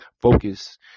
focus